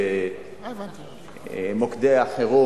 שמוקדי החירום,